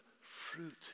fruit